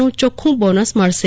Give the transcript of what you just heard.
નું ચોખ્ખું બોનસ મળશે